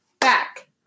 back